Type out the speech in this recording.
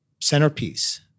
centerpiece